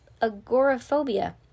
agoraphobia